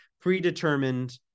predetermined